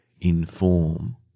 inform